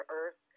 earth